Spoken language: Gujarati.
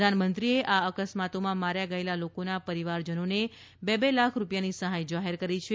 પ્રધાનમંત્રીએ આ અકસ્માતોમાં માર્યા ગયેલા લોકોના પરિવાહજનોને બે લાખ રૂપિયાની સહાય જાહેર કરી છે